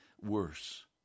worse